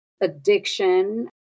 addiction